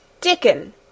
DICKON